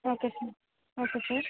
okay sir okay sir